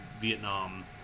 Vietnam